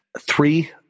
three